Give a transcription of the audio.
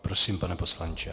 Prosím, pane poslanče.